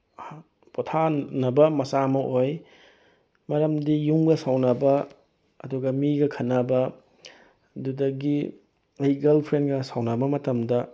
ꯄꯣꯊꯥꯅꯕ ꯃꯆꯥꯛ ꯑꯃ ꯑꯣꯏ ꯃꯔꯝꯗꯤ ꯌꯨꯝꯒ ꯁꯥꯎꯅꯕ ꯑꯗꯨꯒ ꯃꯤꯒ ꯈꯠꯅꯕ ꯑꯗꯨꯗꯒꯤ ꯑꯩ ꯒꯜꯐ꯭ꯔꯦꯟꯗꯒ ꯁꯥꯎꯅꯕ ꯃꯇꯝꯗ